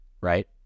right